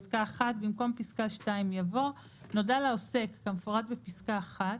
במקום פסקה (2) יבוא: "(2) נודע לעוסק כמפורט בפסקה (1),